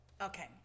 Okay